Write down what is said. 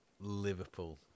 Liverpool